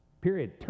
period